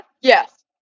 Yes